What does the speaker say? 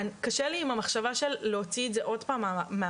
קשה לי עם המחשבה של להוציא את זה עוד פעם מהמערכת.